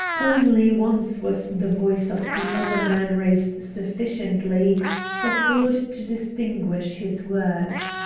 only once was the voice of the other man raised sufficiently for ford to distinguish his words.